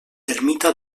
ermita